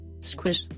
Squish